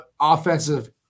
offensive